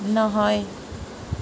নহয়